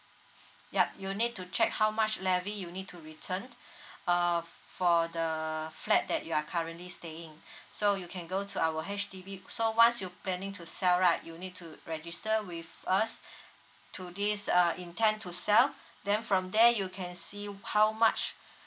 yup you need to check how much levy you need to return uh for the flat that you are currently staying so you can go to our H_D_B so once you planning to sell right you need to register with us to this uh intend to sell then from there you can see how much